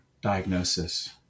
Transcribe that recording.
diagnosis